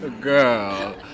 girl